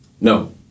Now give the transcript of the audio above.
No